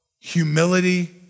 humility